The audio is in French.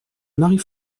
marie